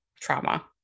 trauma